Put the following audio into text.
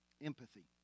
Empathy